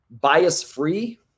bias-free